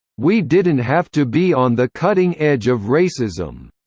we didn't have to be on the cutting edge of racism.